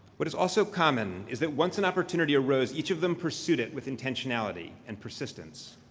what is also common is that once an opportunity arose, each of them per student with intentionality and persistence.